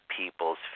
people's